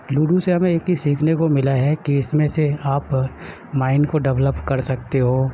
ludo سے ہمیں ایک چیز سیکھنے کو ملا ہے کہ اس میں سے آپ مائنڈ کو ڈیولپ کر سکتے ہو